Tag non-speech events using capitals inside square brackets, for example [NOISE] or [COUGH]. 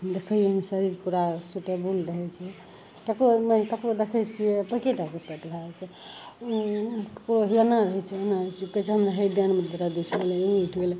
देखिओमे शरीर पूरा सूटेबल रहय छै तकर बाद नहि ककरो देखय छियै बड़की टाके पेट लागय छै ककरो हे एना रहय छै ओना रहय छै [UNINTELLIGIBLE]